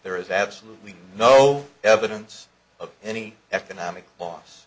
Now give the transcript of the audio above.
there is absolutely no evidence of any economic loss